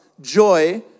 joy